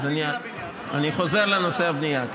אני חוזר לנושא הבנייה.